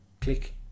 click